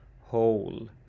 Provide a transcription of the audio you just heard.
whole